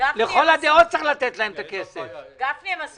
אני יכול להבין?